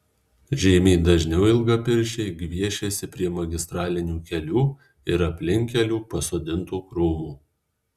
žymiai dažniau ilgapirščiai gviešiasi prie magistralinių kelių ir aplinkkelių pasodintų krūmų